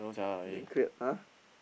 then cleared !huh!